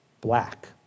Black